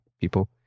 people